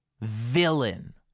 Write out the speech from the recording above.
villain